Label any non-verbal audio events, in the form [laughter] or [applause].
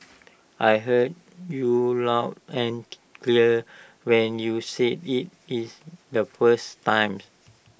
I heard you loud and [unintelligible] clear when you said IT is the first time